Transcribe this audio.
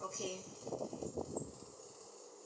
okay